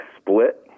split